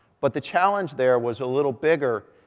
but the challenge there was a little bigger.